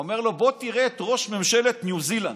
הוא אומר לו: בוא תראה את ראש ממשלת ניו זילנד,